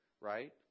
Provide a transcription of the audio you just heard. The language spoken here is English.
right